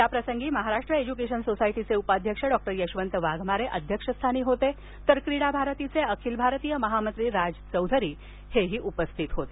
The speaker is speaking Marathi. याप्रसंगी महाराष्ट्र एज्युकेशन सोसायटीचे उपाध्यक्ष डॉक्टर यशवंत वाघमारे अध्यक्षस्थानी होते तर क्रीडा भारती चे अखिल भारतीय महामंत्री राज चौधरी उपस्थित होते